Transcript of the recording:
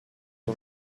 più